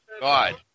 God